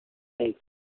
ठीक